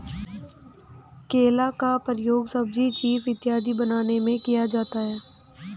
केला का प्रयोग सब्जी चीफ इत्यादि बनाने में किया जाता है